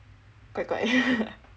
怪怪